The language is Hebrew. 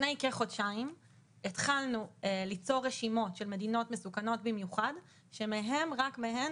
לפני כחודשיים התחלנו ליצור רשימות של מדינות מסוכנות במיוחד שרק מהן